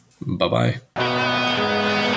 Bye-bye